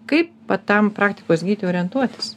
kaip va tam praktikos gydytojui orientuotis